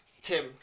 Tim